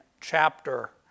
chapter